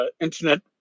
internet